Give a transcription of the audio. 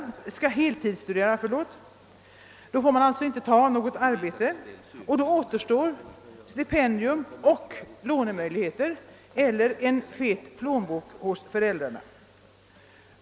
I så fall får vederbörande alltså inte ta något arbete, och då återstår stipendium och lånemöjligheter eller föräldrarnas eventuellt feta plånbok.